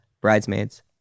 Bridesmaids